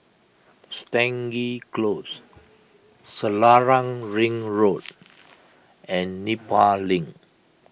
Stangee Close Selarang Ring Road and Nepal Link